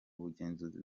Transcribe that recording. ubugenzuzi